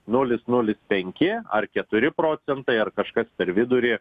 nulis nulis penki ar keturi procentai ar kažkas per vidurį